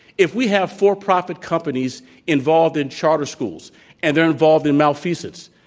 if we have for-profit companies involved in charter schools and they're involved in malfeasance,